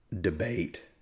debate